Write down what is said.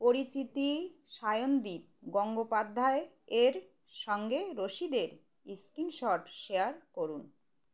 পরিচিতি সায়নদীপ গঙ্গোপাধ্যায় এর সঙ্গে রশিদের স্ক্রিনশট শেয়ার করুন